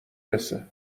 رسه